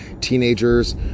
teenagers